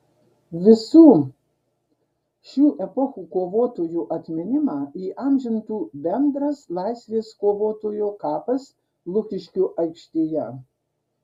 visų šių epochų kovotojų atminimą įamžintų bendras laisvės kovotojo kapas lukiškių aikštėje